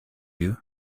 you